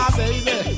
baby